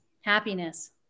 Happiness